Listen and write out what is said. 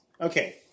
Okay